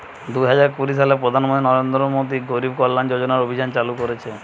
দুই হাজার কুড়ি সালে প্রধান মন্ত্রী নরেন্দ্র মোদী গরিব কল্যাণ রোজগার অভিযান চালু করিছে